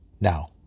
Now